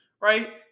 right